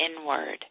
inward